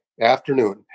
afternoon